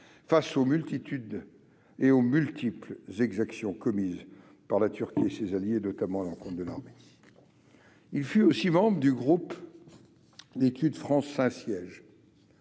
»,« face aux multiples exactions commises par la Turquie et ses alliés, notamment à l'encontre de l'Arménie ». Il fut aussi membre du groupe France-Saint-Siège.